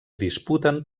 disputen